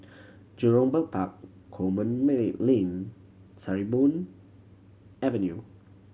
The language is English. Jurong Bird Park Coleman May Lane Sarimbun Avenue